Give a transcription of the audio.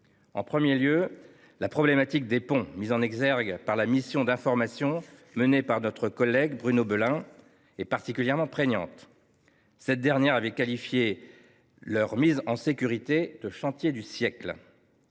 d’abord, la problématique des ponts, mise en exergue par la mission d’information menée par notre collègue Bruno Belin, est particulièrement prégnante. Cette dernière avait qualifié leur mise en sécurité de « chantier du siècle